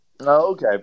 Okay